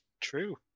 True